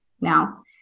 now